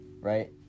right